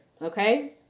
Okay